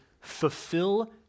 fulfill